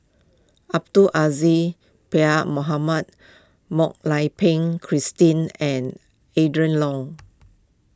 Abdul Aziz Pakkeer Mohamed Mak Lai Peng Christine and Adrin Loi